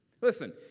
Listen